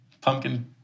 pumpkin